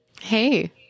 Hey